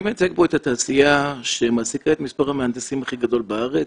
אני מייצג פה את התעשייה שמעסיקה את מספר המהנדסים הכי גדול בארץ